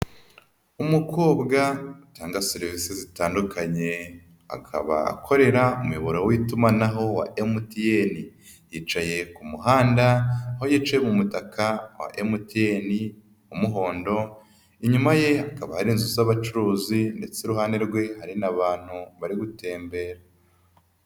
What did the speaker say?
Umukobwa utanga serivisi zitandukanye akaba akorera umuyoboro w'itumanaho wa MTN, yicaye ku muhanda aho yicaye mu mutaka wa MTN w'umuhondo, inyuma ye hakaba hari inzu z'abacuruzi ndetse iruhande rwe hari n'abantu bari gutembera.